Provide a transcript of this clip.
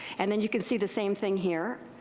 and then you can see the same thing here,